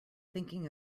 thinking